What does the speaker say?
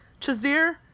Chazir